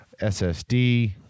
SSD